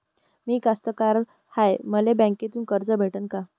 मी कास्तकार हाय, मले बँकेतून कर्ज भेटन का?